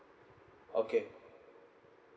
okay